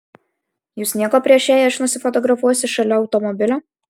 jus nieko prieš jei aš nusifotografuosiu šalia automobilio